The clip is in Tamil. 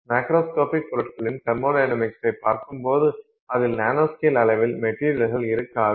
மேக்ரோஸ்கோபிக் பொருட்களின் தெர்மொடைனமிக்ஸைப் பார்க்கும்போது அதில் நானோஸ்கேல் அளவில் மெட்டீரியல்கள் இருக்காது